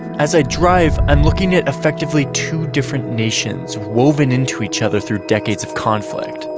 as i drive i'm looking at effectively two different nations, woven into each other through decades of conflict,